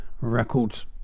Records